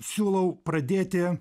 siūlau pradėti